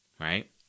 right